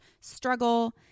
struggle